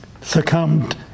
succumbed